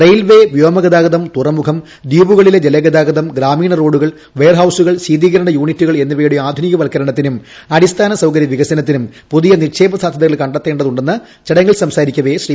railway വ്യോമഗതാഗതം തുറമുഖം ദ്വീപുകളിലെ ജലഗതാഗതം ഗ്രാമീണ റോഡുകൾ വെയർഹൌസുകൾ ശീതീകരണ യൂണിറ്റുകൾ എന്നിവയുടെ ആധുനികവൽക്കരണത്തിനും അടിസ്ഥാന സൌകര്യ വികസനത്തിനും പുതിയ നിക്ഷേപ സാധ്യതകൾ കണ്ടെത്തേണ്ടതുണ്ടെന്ന് ചടങ്ങിൽ സംസാരിക്കവേ ശ്രീ